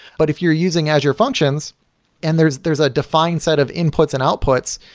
but if you're using azure functions and there's there's a defined set of inputs and outputs,